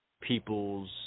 people's